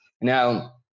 now